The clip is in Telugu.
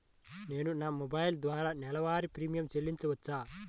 నేను నా మొబైల్ ద్వారా నెలవారీ ప్రీమియం చెల్లించవచ్చా?